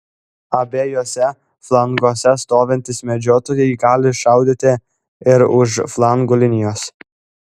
abiejuose flanguose stovintys medžiotojai gali šaudyti ir už flangų linijos